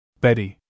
Betty